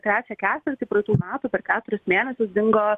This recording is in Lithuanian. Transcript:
trečią ketvirtį praeitų metų per keturis mėnesius dingo